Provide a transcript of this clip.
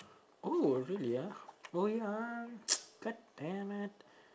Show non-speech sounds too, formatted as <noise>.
oh really ah oh ya ah <noise> goddamn it